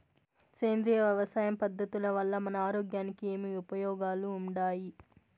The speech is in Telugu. సేంద్రియ వ్యవసాయం పద్ధతుల వల్ల మన ఆరోగ్యానికి ఏమి ఉపయోగాలు వుండాయి?